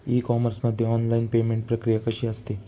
E commerce मध्ये online payment प्रक्रिया कशी असते?